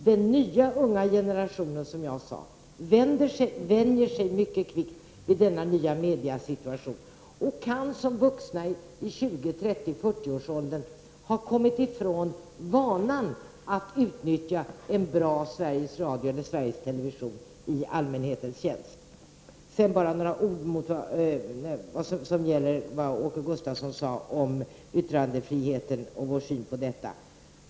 Den nya unga generationen vänjer sig nämligen mycket kvickt vid den nya mediesituationen och kan som vuxna i 20-, 30 eller 40 årsåldern ha kommit från vanan att utnyttja ett bra Sveriges Radio eller en bra Sveriges Television i allmänhetens tjänst. Sedan vill jag säga några ord om det som Åke Gustavsson sade om yttrandefriheten och vår syn på denna.